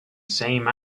same